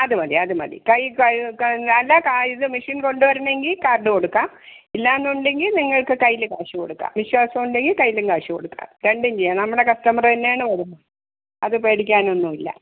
അതുമതി അതുമതി അല്ലാ ഇത് മിഷിൻ കൊണ്ട് വരുന്നെങ്കിൽ കാർഡ് കൊടുക്കാം ഇല്ലാ എന്നുണ്ടെങ്കിൽ നിങ്ങൾക്ക് കയ്യിൽ കാഷ് കൊടുക്കാം വിശ്വാസം ഉണ്ടെങ്കിൽ കയ്യിലും കാഷ് കൊടുക്കാം രണ്ടും ചെയ്യാം നമ്മുടെ കസ്റ്റമറ് തന്നെയാണ് വരുന്നത് അത് പേടിക്കാനൊന്നും ഇല്ല